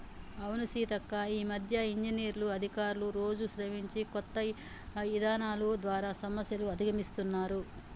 అవును సీతక్క ఈ మధ్య ఇంజనీర్లు అధికారులు రోజు శ్రమించి కొత్త ఇధానాలు ద్వారా సమస్యలు అధిగమిస్తున్నారు